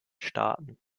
staaten